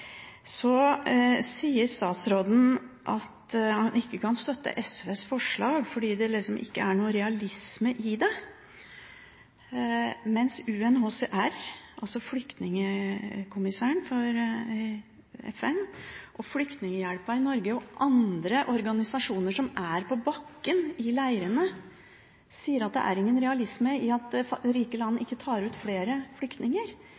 Så sier statsråden at han ikke kan støtte SVs forslag fordi det ikke er noen realisme i det. Men UNHCR – altså FNs flyktningkommissær – og Flyktninghjelpen i Norge og andre organisasjoner som er på bakken i leirene, sier at det er ingen realisme i at rike land ikke tar ut flere flyktninger.